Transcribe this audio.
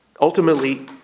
Ultimately